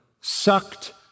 sucked